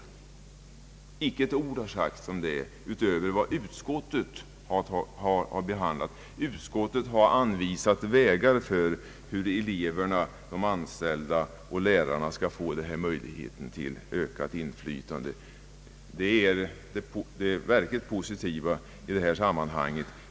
Icke ett ord har sagts om det utöver utskottshandlingen. Utskottet har anvisat vägar för hur eleverna, de anställda och lärarna skall få möjlighet till ökat inflytande. Det är det verkligt positiva i detta sammanhang.